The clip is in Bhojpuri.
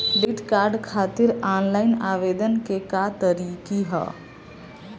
डेबिट कार्ड खातिर आन लाइन आवेदन के का तरीकि ह?